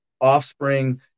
offspring